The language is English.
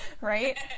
Right